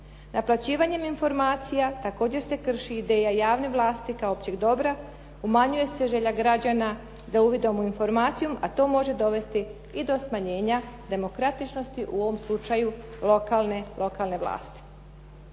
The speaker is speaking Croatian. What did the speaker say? Naplaćivanjem informacija također se krši ideja javne vlasti kao općeg dobra, umanjuje se želja građana za uvid u informaciju a to može dovesti i do smanjenja demokratičnosti u ovom slučaju lokalne vlasti.